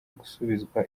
gusubizwa